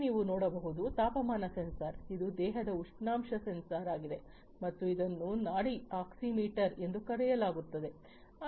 ಇಲ್ಲಿ ನೀವು ನೋಡುವುದು ತಾಪಮಾನ ಸೆನ್ಸಾರ್ ಇದು ದೇಹದ ಉಷ್ಣಾಂಶ ಸೆನ್ಸಾರ್ ಆಗಿದೆ ಮತ್ತು ಇದನ್ನು ನಾಡಿ ಆಕ್ಸಿಮೀಟರ್ ಎಂದು ಕರೆಯಲಾಗುತ್ತದೆ